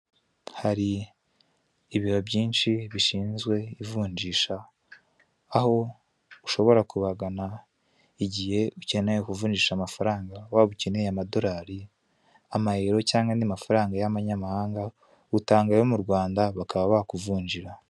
Hari ibiro byinshi bishinzwe ivunjisha, aho ushobora kubagana igihe ukeneye kuvunjisha amafaranga; waba ukeneye amadolari, amayero cyangwa andi mafaranga y'amanyamahanga utanga ayo mu Rwanda bakaba bakuvunjira.